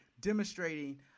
demonstrating